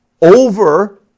over